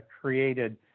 created